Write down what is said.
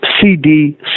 CD